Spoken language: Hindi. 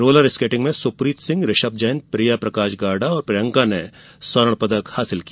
रोलर स्केटिंग में सुप्रीत सिंह ऋषभ जैन प्रिया प्रकाश गाडा और प्रियंका ने स्वर्ण पदक हासिल किया